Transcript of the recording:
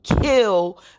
kill